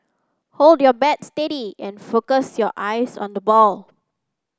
hold your bat steady and focus your eyes on the ball